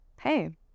hey